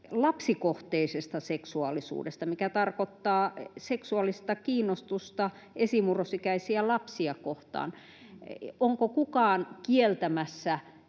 lapsikohteisesta seksuaalisuudesta, mikä tarkoittaa seksuaalista kiinnostusta esimurrosikäisiä lapsia kohtaan. Onko kukaan kieltämässä